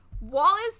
Wallace